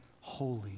holy